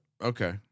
Okay